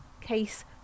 case